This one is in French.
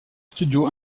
studio